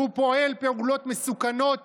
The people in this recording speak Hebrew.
והוא פועל פעולות מסוכנות